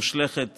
מושלכת